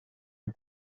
are